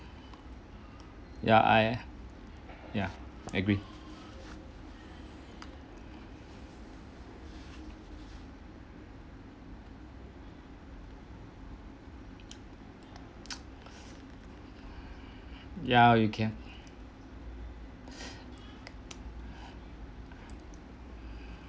ya I agree ya you can